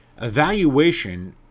evaluation